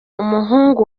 umuhungu